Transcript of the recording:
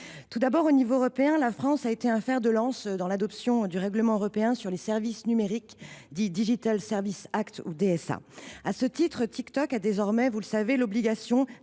Tout d’abord, à l’échelon européen, la France a été un fer de lance dans l’adoption du règlement européen sur les services numériques, dit (DSA). À ce titre, TikTok a désormais – vous le savez – l’obligation